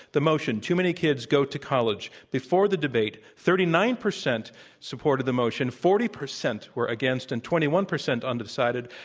the motion, too many kids go to college. before the debate, thirty nine percent supported the motion, forty percent were against, and twenty one percent undecided.